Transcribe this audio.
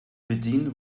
begin